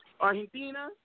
Argentina